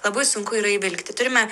labai sunku yra įvilkti turime